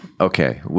Okay